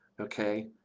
okay